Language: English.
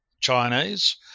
Chinese